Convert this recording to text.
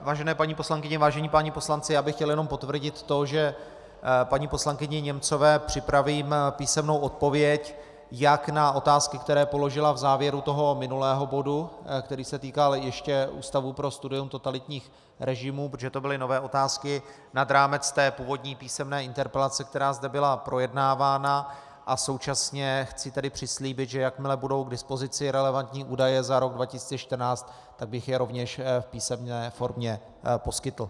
Vážené paní poslankyně, vážení páni poslanci, já bych chtěl jenom potvrdit to, že paní poslankyni Němcové připravím písemnou odpověď jak na otázky, které položila v závěru minulého bodu, který se týkal ještě Ústavu pro studium totalitních režimů, protože to byly nové otázky nad rámec té původní písemné interpelace, která zde byla projednávána, a současně chci tedy přislíbit, že jakmile budou k dispozici relevantní údaje za rok 2014, tak bych je rovněž v písemné formě poskytl.